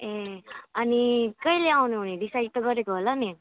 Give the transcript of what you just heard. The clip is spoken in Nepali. ए अनि कहिले आउनुहुने डिसाइड त गरेको होला नि